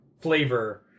flavor